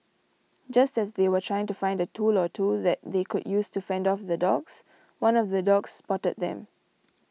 just as they were trying to find a tool or two that they could use to fend off the dogs one of the dogs spotted them